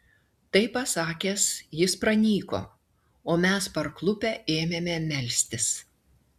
tai pasakęs jis pranyko o mes parklupę ėmėme melstis